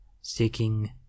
seeking